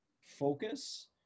focus